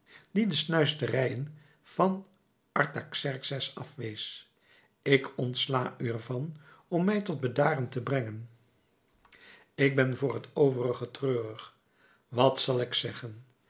die de snuisterijen van artaxerxes afwees ik ontsla u ervan om mij tot bedaren te brengen ik ben voor t overige treurig wat zal ik zeggen